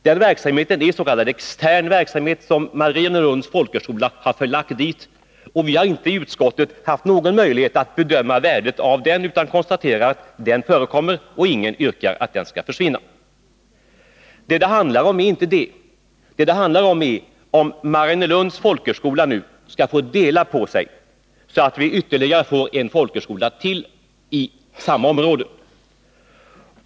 Den verksamheten är en s.k. extern verksamhet som Mariannelunds folkhögskola har förlagt dit. Vi har inte i utskottet haft någon möjlighet att bedöma värdet av den. Vi konstaterar att den förekommer, och ingen yrkar att den skall försvinna. Vad det handlar om är om Mariannelunds folkhögskola nu skall få dela på sig, så att vi får ytterligare en folkhögskola i samma område.